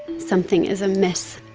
something is amiss.